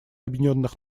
объединенных